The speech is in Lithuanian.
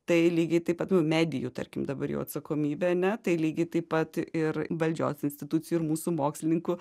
tai lygiai taip pat medijų tarkim dabar jau atsakomybė ane tai lygiai taip pat ir valdžios institucijų ir mūsų mokslininkų